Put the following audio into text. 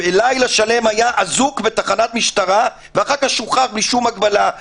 לילה שלם היה אזוק בתחנת משטרה ואחר כך שוחרר בלי שום הגבלה,